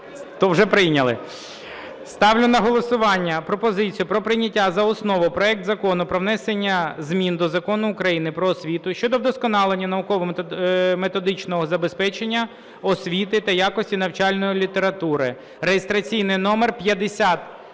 Ставлю на голосування пропозицію про прийняття за основу проект Закону про внесення змін до закону України "Про освіту" щодо вдосконалення науково-методичного забезпечення освіти та якості навчальної літератури (реєстраційний номер